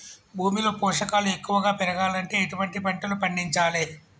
భూమిలో పోషకాలు ఎక్కువగా పెరగాలంటే ఎటువంటి పంటలు పండించాలే?